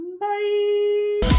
Bye